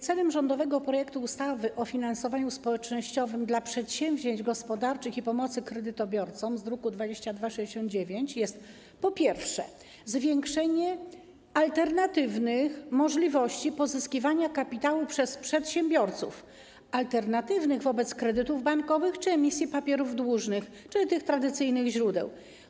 Celem rządowego projektu ustawy o finansowaniu społecznościowym dla przedsięwzięć gospodarczych i pomocy kredytobiorcom z druku nr 2269 jest, po pierwsze, zwiększenie alternatywnych możliwości pozyskiwania kapitału przez przedsiębiorców, alternatywnych wobec kredytów bankowych czy emisji papierów dłużnych, czyli tych tradycyjnych źródeł.